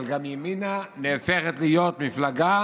אבל גם ימינה נהפכת להיות מפלגה